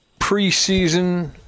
preseason